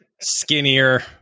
skinnier